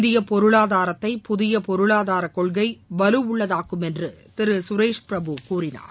இந்திய பொருளாதாரத்தை புதிய பொருளாதார கொள்கை வலுவுள்ளதாகும் என்று திரு சுரேஷ் பிரபு கூறினார்